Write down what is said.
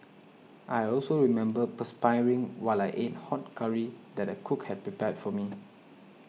I also remember perspiring while I ate hot curry that a cook had prepared for me